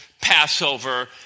Passover